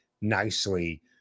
nicely